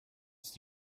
ist